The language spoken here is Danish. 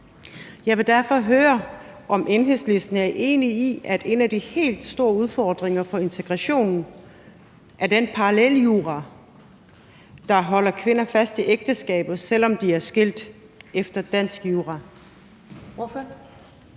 Jeg vil derfor høre, om Enhedslisten er enig i, at en af de helt store udfordringer for integrationen er den paralleljura, der holder kvinder fast i ægteskabet, selv om de er skilt efter dansk jura.